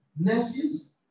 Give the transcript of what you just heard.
nephews